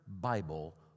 Bible